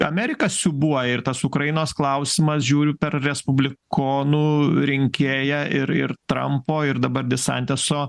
amerika siūbuoja ir tas ukrainos klausimas žiūriu per respublikonų rinkėją ir ir trampo ir dabar desanteso